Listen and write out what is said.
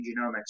genomics